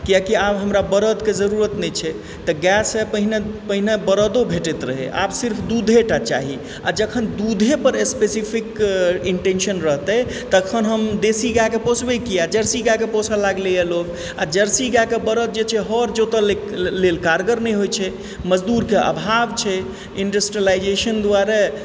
किआकि आब हमरा बरदके जरुरत नहि छै तऽ गायसँ पहिने बरदो भेटैत रहय आब सिर्फ दूधेटा चाही आ जखन दूधे पर स्पेशिफिक इन्टेंशन रहतै तखन हम देशी गायके पोषबै किया जर्सी गायक पोषऽ लागलैए लोग आ जर्सी गायके बरद जे छै से हर जोतए लेल कारगर नहि होइ छै मजदूरके आभाव छै इण्डस्ट्रियलाइजेशन दुआरे